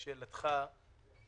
לשאלתך,